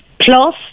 Plus